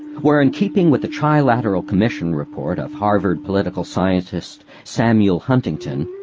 were in keeping with the trilateral commission report of harvard political scientist samuel huntington,